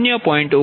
2084 0